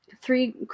three